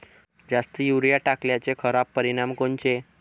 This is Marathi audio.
जास्त युरीया टाकल्याचे खराब परिनाम कोनचे?